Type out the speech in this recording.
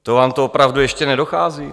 To vám to opravdu ještě nedochází?